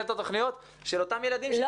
את התוכניות של אותם ילדים שצריכים לחזור בעוד חודש.